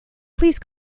please